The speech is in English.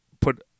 put